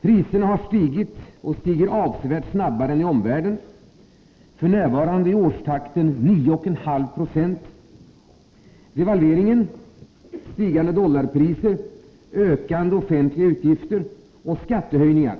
Priserna har stigit och stiger avsevärt snabbare än i omvärlden. F. n. är årstakten 9,5 20. Devalveringen, stigande dollarpriser, ökande offentliga utgifter och skattehöjningar